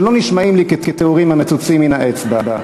שלא נשמעים לי כתיאורים המצוצים מן האצבע.